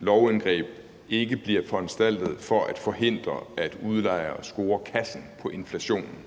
lovindgreb ikke bliver foranstaltet for at forhindre, at udlejere scorer kassen på inflationen.